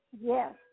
Yes